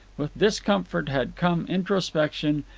with discomfort had come introspection,